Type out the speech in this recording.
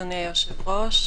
אדוני היושב-ראש,